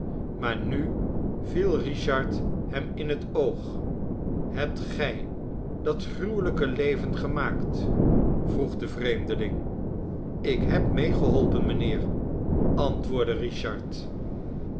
maar nu viel richard hem in het oog hebt gij dat gruwelijke leven gemaakt vroeg de vreemdeling ik heb meegeholpen mijnheer antwoordde